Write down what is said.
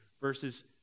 versus